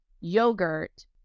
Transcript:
yogurt